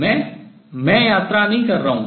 मैं travel यात्रा नहीं कर रहा हूँ